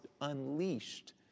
unleashed